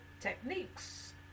techniques